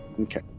Okay